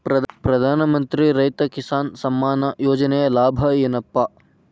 ಪ್ರಧಾನಮಂತ್ರಿ ರೈತ ಕಿಸಾನ್ ಸಮ್ಮಾನ ಯೋಜನೆಯ ಲಾಭ ಏನಪಾ?